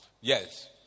Yes